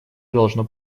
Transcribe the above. должно